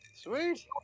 Sweet